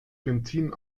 benzin